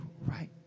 right